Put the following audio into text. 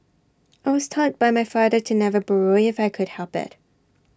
I was taught by my father to never borrow if I could help IT